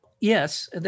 Yes